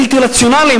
בלתי רציונליים,